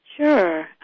Sure